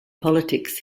politics